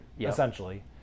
essentially